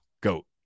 Goat